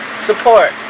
Support